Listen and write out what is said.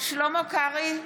שלמה קרעי,